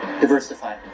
Diversify